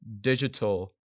digital